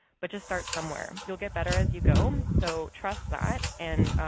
but just start somewhere. you'll get better as you go, so trust that. and